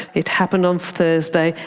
it happened on thursday,